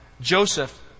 Joseph